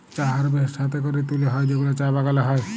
চা হারভেস্ট হ্যাতে ক্যরে তুলে হ্যয় যেগুলা চা বাগালে হ্য়য়